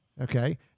okay